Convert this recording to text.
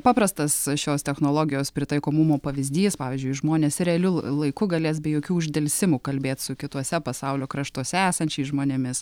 paprastas šios technologijos pritaikomumo pavyzdys pavyzdžiui žmonės realiu laiku galės be jokių uždelsimų kalbėt su kituose pasaulio kraštuose esančiais žmonėmis